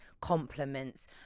compliments